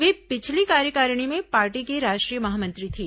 वे पिछली कार्यकारिणी में पार्टी की राष्ट्रीय महामंत्री थीं